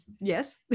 yes